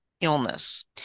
illness